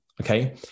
okay